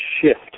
shift